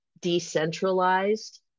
decentralized